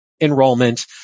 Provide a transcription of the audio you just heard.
enrollment